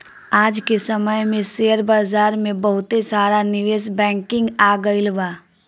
आज के समय में शेयर बाजार में बहुते सारा निवेश बैंकिंग आ गइल बा